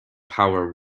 power